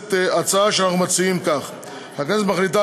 ההצעה שאנחנו מציעים היא כך: הכנסת מחליטה,